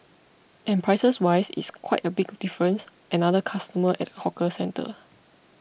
and prices wise it's quite a big difference another customer at a hawker centre